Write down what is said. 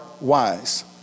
wise